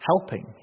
helping